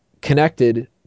connected